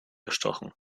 erstochen